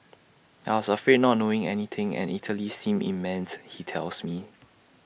I was afraid not knowing anything and Italy seemed immense he tells me